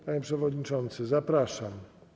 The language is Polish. Panie przewodniczący, zapraszam.